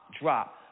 drop